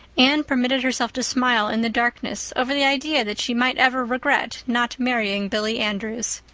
anne permitted herself to smile in the darkness over the idea that she might ever regret not marrying billy andrews.